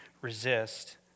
resist